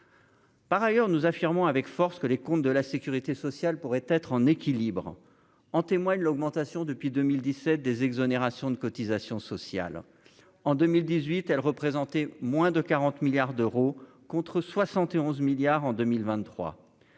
Par ailleurs, nous affirmons avec force que les comptes de la Sécurité sociale pourraient être en équilibre, en témoigne l'augmentation depuis 2017 des exonérations de cotisations sociales en 2018, elles représentaient moins de 40 milliards d'euros, contre 60 et 11 milliards en 2023,